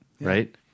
right